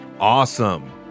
Awesome